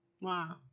Wow